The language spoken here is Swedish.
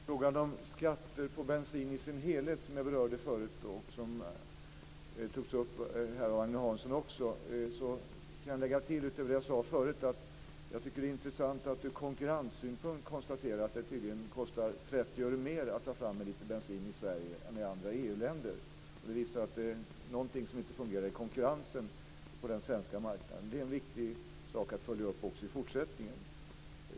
Fru talman! Beträffande frågan om skatter på bensin i sin helhet, som jag berörde i en tidigare fråga från Agne Hansson, kan jag tillägga, utöver det som jag sade förut, att jag tycker att det ur konkurrenssynpunkt är intressant att konstatera att det tydligen kostar 30 öre mer att ta fram en liter bensin i Sverige än i andra EU-länder. Det visar att det är någonting som inte fungerar i konkurrensen på den svenska marknaden. Det är en viktig fråga att följa upp även i fortsättningen.